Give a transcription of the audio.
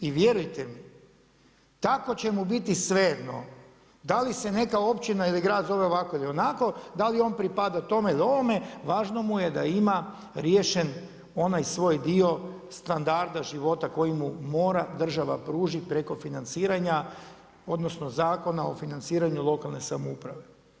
I vjerujte mi, tako će mu biti svejedno da li se neka općina ili grad zove ovako ili onako, da li on pripada tome ili ovome, važno mu je da ima riješen onaj svoj dio standarda života koji mu mora država pružiti preko financiranja odnosno Zakona o financiranju lokalne samouprave.